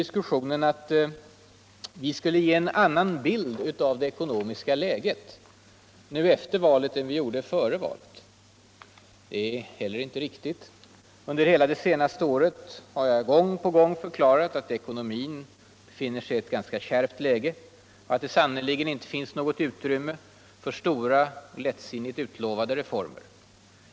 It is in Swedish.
Här har påstavs att vi skulle ge en annan bild av det ekonomiska läget efter valet än före. Detta är inte heller riktigt. Under hela det senaste äret har jag gång på gang förklarat att ekonomin befinner sig i ett ganska kärvt läige och att det sannerligen ine finns något utrynmme för stora och kättsinnigt utlövade reformer.